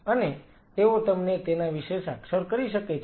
અને તેઓ તમને તેના વિશે સાક્ષર કરી શકે છે